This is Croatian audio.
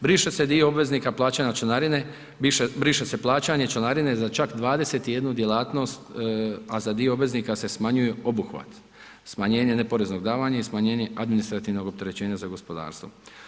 Briše se dio obveznika plaćanja članarine, briše se plaćanje članarine za čak 21 djelatnost, a za dio obveznika se smanjuje obuhvat, smanjenje neporeznog davanja i smanjenje administrativnog opterećenja za gospodarstvo.